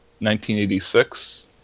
1986